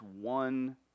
one